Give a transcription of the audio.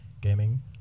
gaming